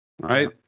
right